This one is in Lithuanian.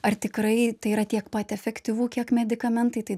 ar tikrai tai yra tiek pat efektyvu kiek medikamentai tai